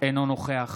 אינו נוכח